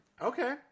Okay